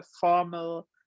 formal